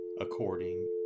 according